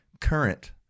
current